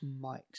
mics